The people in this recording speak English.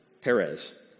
Perez